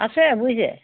আছে বুইছে